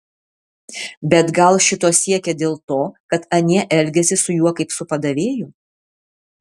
bet gal šito siekė dėl to kad anie elgėsi su juo kaip su padavėju